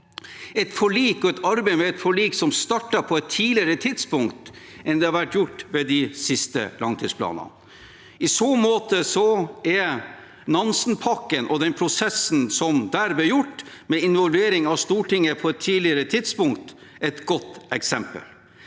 et forlik og et arbeid med et forlik som starter på et tidligere tidspunkt enn ved de siste langtidsplanene. I så måte er Nansen-pakken og den prosessen som der ble gjort, med involvering av Stortinget på et tidligere tidspunkt, et godt eksempel.